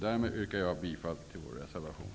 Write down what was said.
Därmed yrkar jag bifall till min reservation.